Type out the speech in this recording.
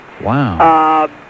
Wow